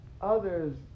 others